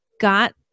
got